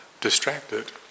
distracted